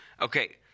Okay